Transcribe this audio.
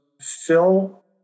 Phil